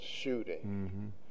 shooting